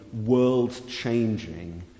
world-changing